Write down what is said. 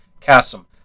cassim